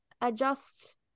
adjust